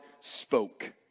spoke